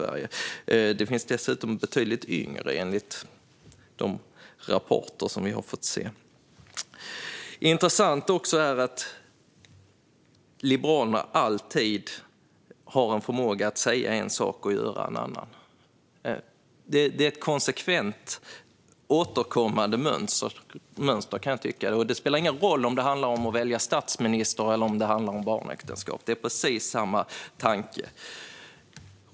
Enligt de rapporter vi har fått se finns det dessutom de som är betydligt yngre. Liberalerna har en förmåga att alltid säga en sak och sedan göra en annan. Det är ett återkommande mönster. Det spelar ingen roll om det handlar om val av statsminister eller barnäktenskap; det är precis samma tanke.